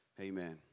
amen